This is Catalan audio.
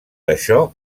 això